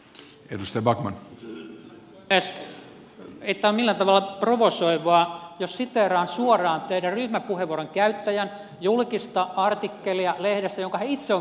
ei tämä ole millään tavalla provosoivaa jos siteeraan suoraan teidän ryhmäpuheenvuoronne käyttäjän julkista lehdessä olevaa artikkelia jonka hän itse on kirjoittanut